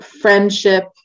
friendship